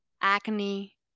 acne